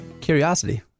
curiosity